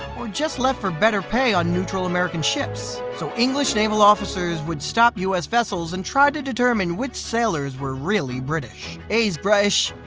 or just left for better pay on the neutral american ships. so english naval officers would stop us vessels and try to determine which sailors were really british. he's british,